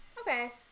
Okay